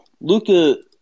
Luca